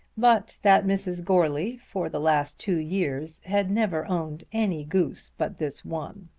but that mrs. goarly for the last two years had never owned any goose but this one.